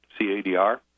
CADR